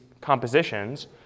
compositions